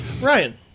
Ryan